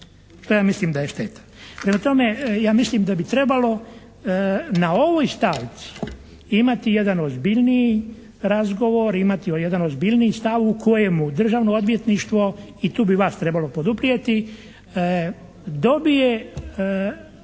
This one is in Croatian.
što ja mislim da je šteta. Prema tome, ja mislim da bi trebalo na ovoj stavci imati jedan ozbiljniji razgovor, imati jedan ozbiljniji stav u kojemu Državno odvjetništvo i tu bi vas trebalo poduprijeti dobije